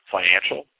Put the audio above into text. Financial